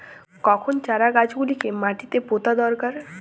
কখন চারা গুলিকে মাটিতে পোঁতা দরকার?